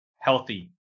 healthy